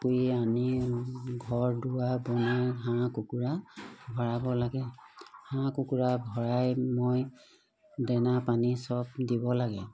কৰি আনি ঘৰ দুৱাৰ বনাই হাঁহ কুকুৰা ভৰাব লাগে হাঁহ কুকুৰা ভৰাই মই দেনা পানী চব দিব লাগে